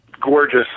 gorgeous